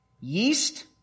Yeast